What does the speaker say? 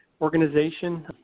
organization